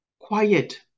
quiet